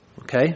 Okay